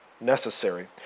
necessary